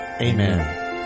Amen